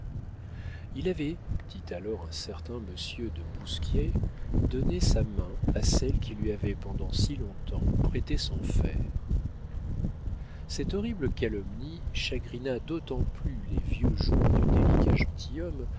il avait dit alors un certain monsieur du bousquier donné sa main à celle qui lui avait pendant si long-temps prêté son fer cette horrible calomnie chagrina d'autant plus les vieux jours du délicat